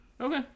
Okay